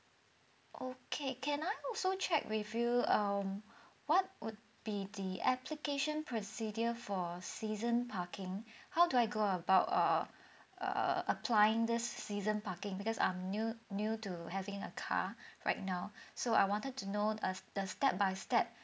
okay can I also check with you um what would be the application procedure for season parking how do I go about err err applying this season parking because I'm new new to having a car right now so I wanted to know uh the step by step